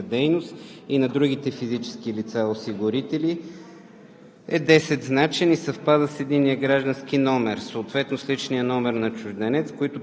кодът по БУЛСТАТ на физическите лица, упражняващи свободна професия или занаятчийска дейност, и на другите физически лица – осигурители,